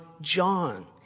John